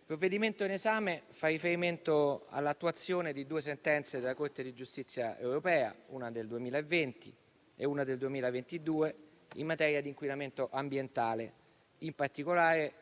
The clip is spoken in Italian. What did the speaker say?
il provvedimento in esame fa riferimento all'attuazione di due sentenze della Corte di giustizia europea, una del 2020 e una del 2022, in materia di inquinamento ambientale, in particolare